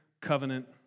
covenant